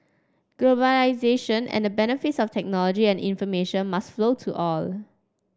globalisation and the benefits of technology and information must flow to all